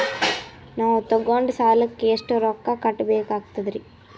ನಾವು ತೊಗೊಂಡ ಸಾಲಕ್ಕ ಎಷ್ಟು ರೊಕ್ಕ ಕಟ್ಟಬೇಕಾಗ್ತದ್ರೀ?